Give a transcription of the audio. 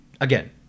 again